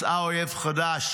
מצאה אויב חדש: